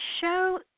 show